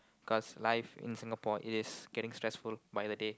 cause life in Singapore it's getting stressful by the day